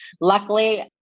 luckily